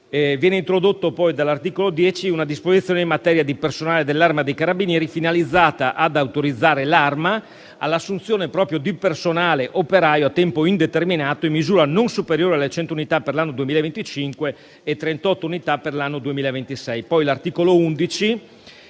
Viene introdotta poi dall'articolo 10 una disposizione in materia di personale dell'Arma dei carabinieri, finalizzata ad autorizzare l'Arma all'assunzione di personale operaio a tempo indeterminato in misura non superiore alle 100 unità per l'anno 2025 e alle 38 unità per l'anno 2026. L'articolo 11,